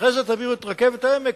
ואחרי זה תעבירו את רכבת העמק.